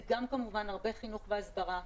זה גם כמובן הרבה חינוך והסברה.